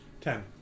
Ten